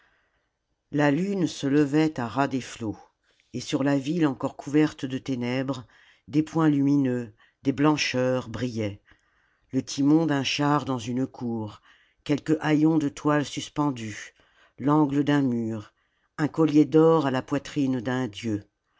la lune se levait à ras des flots et sur la ville encore couverte de ténèbres des points lumineux des blancheurs brillaient le timon d'un char dans une cour quelque haillon de toile suspendu l'angle d'un mur un collier d'or à îa poitnne d'un dieu